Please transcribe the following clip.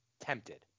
tempted